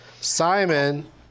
Simon